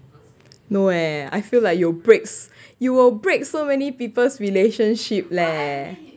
no leh I feel like you break you will break so many people's relationship leh